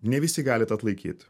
ne visi gali tą atlaikyt